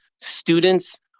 students